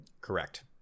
Correct